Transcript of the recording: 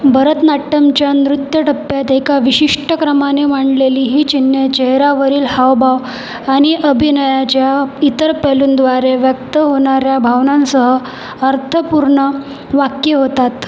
भरतनाट्यमच्या नृत्य टप्प्यात एका विशिष्ट क्रमाने मांडलेली ही चिन्हे चेहऱ्यावरील हावभाव आणि अभिनयाच्या इतर पैलूंद्वारे व्यक्त होणाऱ्या भावनांसह अर्थपूर्ण वाक्ये होतात